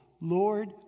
Lord